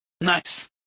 Nice